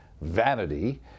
vanity